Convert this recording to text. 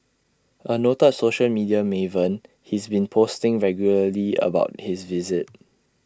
A noted social media maven he's been posting regularly about his visit